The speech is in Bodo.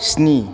स्नि